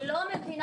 אני לא יודעת